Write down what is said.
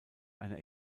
einer